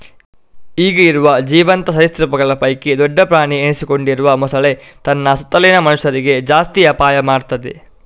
ಈಗ ಇರುವ ಜೀವಂತ ಸರೀಸೃಪಗಳ ಪೈಕಿ ದೊಡ್ಡ ಪ್ರಾಣಿ ಎನಿಸಿಕೊಂಡಿರುವ ಮೊಸಳೆ ತನ್ನ ಸುತ್ತಲಿನ ಮನುಷ್ಯರಿಗೆ ಜಾಸ್ತಿ ಅಪಾಯ ಮಾಡ್ತದೆ